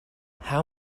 how